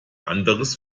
anders